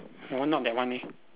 my one not that one leh